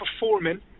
performing